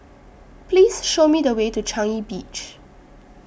Please Show Me The Way to Changi Beach